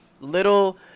little